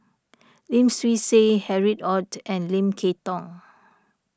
Lim Swee Say Harry Ord and Lim Kay Tong